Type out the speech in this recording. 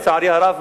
לצערי הרב,